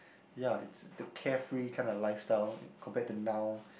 ya is the carefree kind of lifestyle compare to now